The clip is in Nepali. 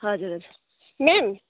हजुर हजुर म्याम